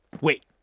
Wait